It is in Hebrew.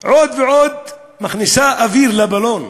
מכניסה עוד ועוד אוויר לבלון.